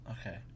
Okay